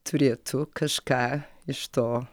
turėtų kažką iš to